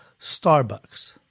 Starbucks